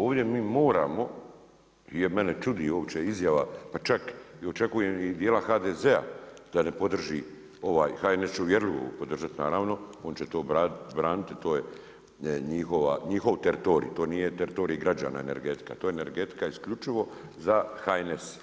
Ovdje mi moramo i mene čudi uopće izjava, pa čak očekujem i dijela HDZ-a, da ne podrži ovaj, HNS će uvjerljivo podržati naravno, on će to braniti, to je njihov teritorij, to nije teritorij građana, energetika, to je energetika isključivo za HNS,